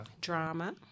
drama